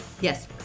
Yes